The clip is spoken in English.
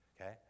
Okay